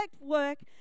work